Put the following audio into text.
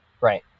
Right